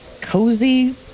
cozy